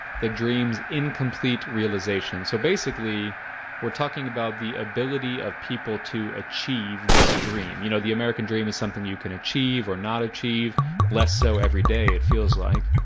the dream's incomplete realization so basically we're talking about the ability of people to achieve this dream, you know the american dream is something you can achieve or not achieve less so every day, it feels like